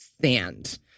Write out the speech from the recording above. sand